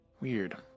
weird